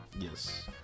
Yes